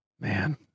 Man